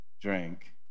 drink